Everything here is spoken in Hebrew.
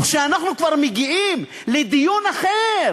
וכשאנחנו כבר מגיעים לדיון אחר